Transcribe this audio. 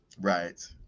Right